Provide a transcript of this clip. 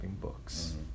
books